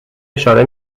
اشاره